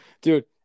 dude